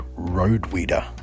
Roadweeder